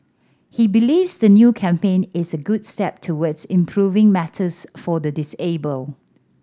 he believes the new campaign is a good step towards improving matters for the disabled